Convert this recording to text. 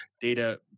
data